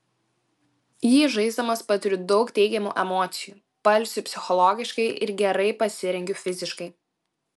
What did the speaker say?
jį žaisdamas patiriu daug teigiamų emocijų pailsiu psichologiškai ir gerai pasirengiu fiziškai